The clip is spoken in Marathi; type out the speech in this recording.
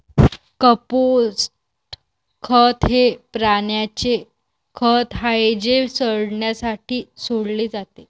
कंपोस्ट खत हे प्राण्यांचे खत आहे जे सडण्यासाठी सोडले जाते